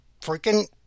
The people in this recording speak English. freaking